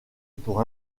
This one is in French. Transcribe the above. pour